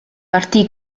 partì